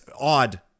odd